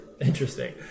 Interesting